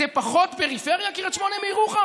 זה פחות פריפריה, קריית שמונה מירוחם?